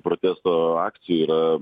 protesto akcijoj yra